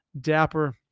dapper